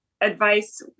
advice